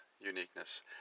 uniqueness